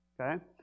Okay